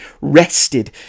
rested